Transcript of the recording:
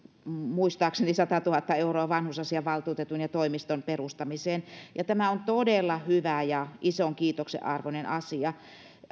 muistaakseni satatuhatta euroa vanhusasiavaltuutetun ja toimiston perustamiseen tämä on todella hyvä ja ison kiitoksen arvoinen asia